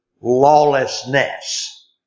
lawlessness